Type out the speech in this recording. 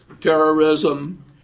terrorism